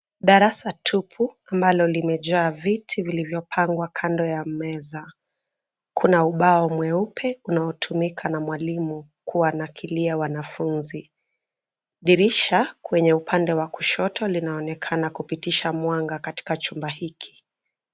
Darasa tupu ambalo limejaa viti vilivyopangwa kando ya meza. Kuna ubao mweupe unaotumika na mwalimu, kuwanakilia wanafunzi. Dirisha kwenye upande wa kushoto, linaonekana kupitisha mwanga katika chumba hiki.